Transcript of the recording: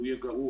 הוא יהיה גרוע.